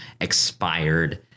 expired